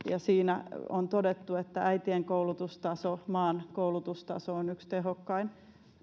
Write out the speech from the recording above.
siitä on todettu että äitien koulutustaso ja maan koulutustaso on yksi tehokkain